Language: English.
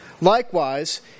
Likewise